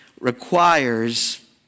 requires